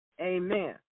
Amen